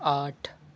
آٹھ